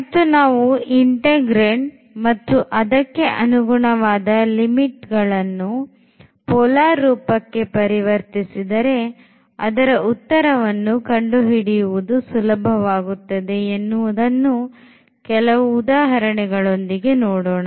ಮತ್ತು ನಾವು integrand ಮತ್ತು ಅದಕ್ಕೆ ಅನುಗುಣವಾದ ಲಿಮಿಟ್ ಅನ್ನು polar ರೂಪಕ್ಕೆ ಪರಿವರ್ತಿಸಿದರೆ ಅದರ ಉತ್ತರವನ್ನು ಕಂಡುಹಿಡಿಯುವುದು ಸುಲಭವಾಗುತ್ತದೆ ಎನ್ನುವುದನ್ನು ಕೆಲವು ಉದಾಹರಣೆಗಳೊಂದಿಗೆ ನೋಡೋಣ